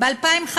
ב-2015,